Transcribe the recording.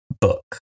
book